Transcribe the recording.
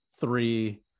three